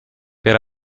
per